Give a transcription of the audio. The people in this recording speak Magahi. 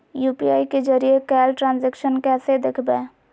यू.पी.आई के जरिए कैल ट्रांजेक्शन कैसे देखबै?